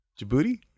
Djibouti